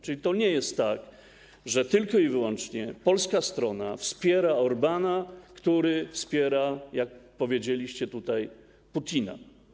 Czyli to nie jest tak, że tylko i wyłącznie polska strona wspiera Orbána, który wspiera, jak powiedzieliście tutaj, Putina.